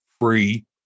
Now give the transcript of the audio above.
free